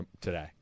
today